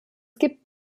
gibt